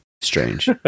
strange